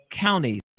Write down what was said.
counties